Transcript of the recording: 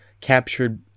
captured